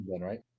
right